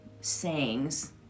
sayings